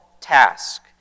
task